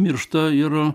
miršta ir